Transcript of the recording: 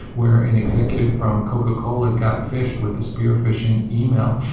where an executive from coca-cola got fished with a spear-fishing email.